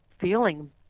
feeling